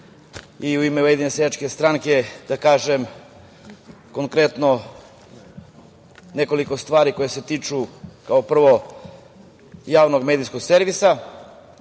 i u ime ujedinjene Seljačke stranke da kažem konkretno nekoliko stvari koje se tiču, kao prvo javnog medijskog servisa